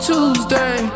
Tuesday